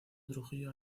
trujillo